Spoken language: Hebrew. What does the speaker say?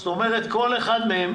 זאת אומרת שכל אחד מהם